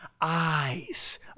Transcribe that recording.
eyes